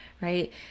Right